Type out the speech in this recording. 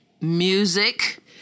Music